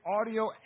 audio